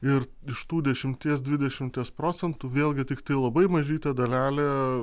ir iš tų dešimties dvidešimties procentų vėlgi tiktai labai mažytė dalelė